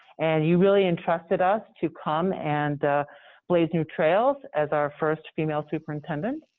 and you really entrusted us to come and blaze new trails as our first female superintendent,